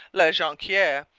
la jonquiere,